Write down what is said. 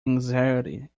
anxiety